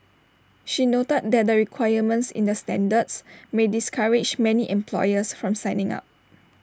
she noted that the requirements in the standards may discourage many employers from signing up